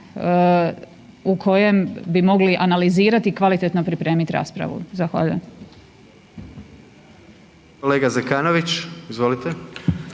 u kojem bi mogli analizirati i kvalitetno pripremit raspravu. Zahvaljujem.